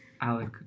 Alec